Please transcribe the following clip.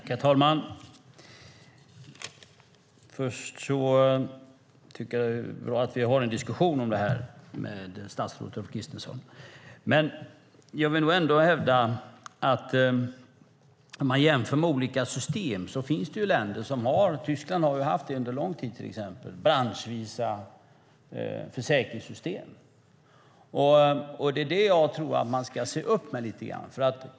Herr talman! Det är bra att vi har en diskussion med statsrådet Ulf Kristersson. Jag vill ändå hävda att om vi jämför olika system kan vi se att det finns länder, till exempel Tyskland, som under lång tid har haft branschvisa försäkringssystem. Vi måste se upp lite grann.